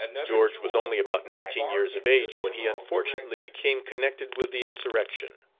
george was only about nineteen years of age, when he unfortunately became connected with the insurrection.